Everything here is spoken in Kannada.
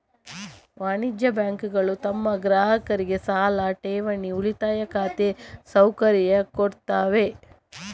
ವಾಣಿಜ್ಯ ಬ್ಯಾಂಕುಗಳು ತಮ್ಮ ಗ್ರಾಹಕರಿಗೆ ಸಾಲ, ಠೇವಣಿ, ಉಳಿತಾಯ ಖಾತೆ ಸೌಕರ್ಯ ಕೊಡ್ತವೆ